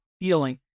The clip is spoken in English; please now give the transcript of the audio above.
feeling